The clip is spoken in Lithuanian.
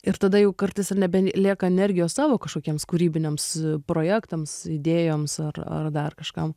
ir tada jau kartais ir nebent lieka energijos savo kažkokiems kūrybiniams projektams idėjoms ar ar dar kažkam